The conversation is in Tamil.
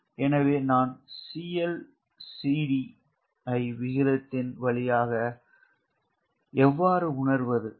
எனவே நான் LD ஐ விகிதத்தின் வழியாக எவ்வாறு உணருவது